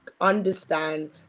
understand